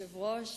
כבוד היושב-ראש,